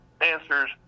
answers